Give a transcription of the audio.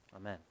Amen